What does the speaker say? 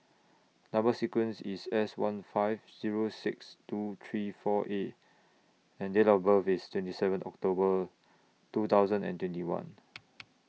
Number sequence IS S one five Zero six two three four A and Date of birth IS twenty seven October two thousand and twenty one